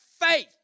faith